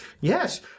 Yes